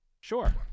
Sure